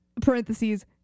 parentheses